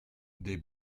they